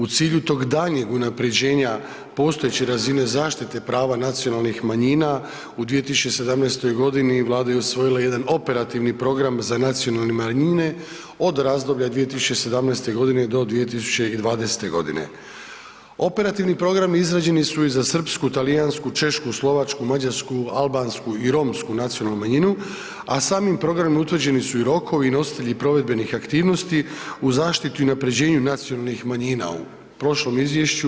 U cilju tog daljnjeg unaprjeđenja postojeće razine zaštite prava nacionalnih manjina, u 2017. g. Vlada je usvojila jedan operativni program za nacionalne manjine od razdoblja 2017. g. do 2020. g. Operativni programi izrađeni su i za srpsku, talijansku, češku, slovačku, mađarsku, albansku i romsku nacionalnu manjinu, a samim programima utvrđeni su i rokovi i nositelji provedbenih aktivnosti u zaštiti i unaprjeđenju nacionalnih manjina u prošlom izvješću.